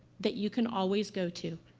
that you can always go to.